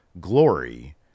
glory